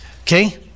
Okay